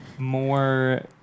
more